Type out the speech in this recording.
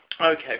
Okay